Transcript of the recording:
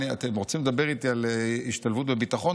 אתם רוצים לדבר איתי על השתלבות בביטחון,